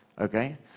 Okay